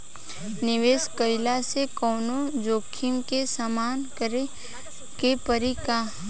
निवेश कईला से कौनो जोखिम के सामना करे क परि का?